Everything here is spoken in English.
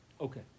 Okay